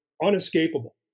unescapable